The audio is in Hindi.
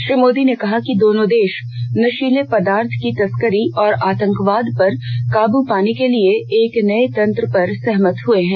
श्री मोदी ने कहा कि दोनों देश नशीले पदार्थों की तस्करी और आतंकवाद पर काब पाने के लिए एक नये तंत्र पर सहमत हुए हैं